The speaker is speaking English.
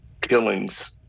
killings